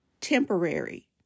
temporary